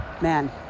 man